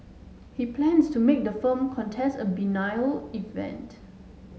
he plans to make the film contest a biennial event